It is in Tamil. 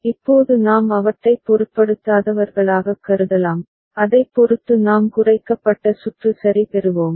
இப்போது நாம் அவற்றைப் பொருட்படுத்தாதவர்களாகக் கருதலாம் அதைப் பொறுத்து நாம் குறைக்கப்பட்ட சுற்று சரி பெறுவோம்